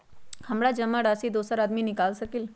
हमरा जमा राशि दोसर आदमी निकाल सकील?